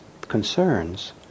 concerns